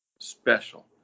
special